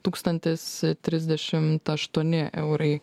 tūkstantis trisdešimt aštuoni eurai